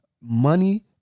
money